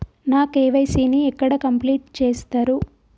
నా కే.వై.సీ ని ఎక్కడ కంప్లీట్ చేస్తరు?